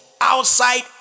outside